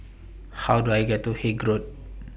How Do I get to Haig Road